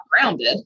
grounded